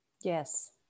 Yes